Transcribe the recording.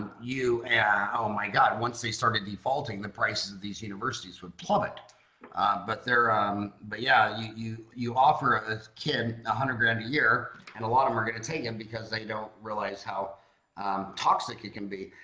you oh my god once they started defaulting the prices of these universities would plummet but there but yeah you you offer a a kid a hundred grand a year and a lot of are gonna take him because they don't realize how toxic it can be.